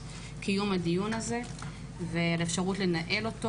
קיום הדיון הזה ועל האפשרות לנהל אותו.